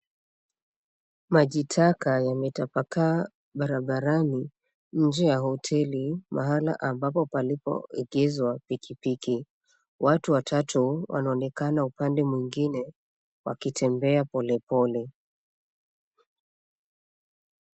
Maji taka wametapakaa barabarani nje ya hoteli mahala ambapo palipo egezwa pikipiki. Watu watatu wanaonekana upande mwingine wakitembea polepole.